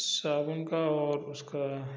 साबुन का और उसका